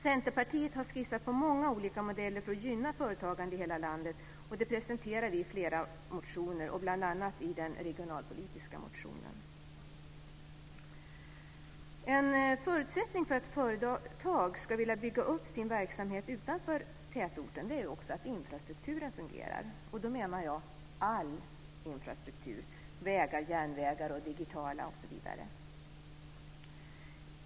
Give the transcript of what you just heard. Centerpartiet har skissat på många olika modeller för att gynna företagande i hela landet, och det presenterar vi i flera motioner, bl.a. i den regionalpolitiska motionen. En förutsättning för att företag ska vilja bygga upp sin verksamhet utanför tätorten är också att infrastrukturen fungerar, och då menar jag all infrastruktur: vägar, järnvägar, digitala vägar osv.